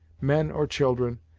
men or children,